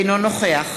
אינו נוכח